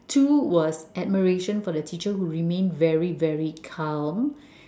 two was admiration for the teacher who remained very very calm